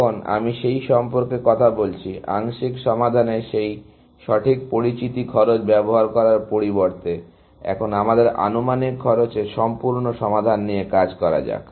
এখন আমি সেই সম্পর্কে কথা বলছি আংশিক সমাধানের এই সঠিক পরিচিত খরচ ব্যবহার করার পরিবর্তে এখন আমাদের আনুমানিক খরচের সম্পূর্ণ সমাধান নিয়ে কাজ করা যাক